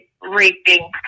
raping